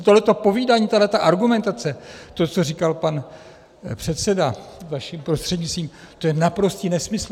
Tohleto povídání, tahleta argumentace, to, co říkal pan předseda vašim prostřednictvím, to je naprostý nesmysl.